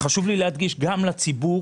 חשוב לי להדגיש שגם לציבור,